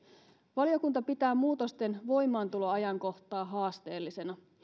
valiokunta pitää muutosten voimaantuloajankohtaa haasteellisena